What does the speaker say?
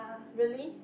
really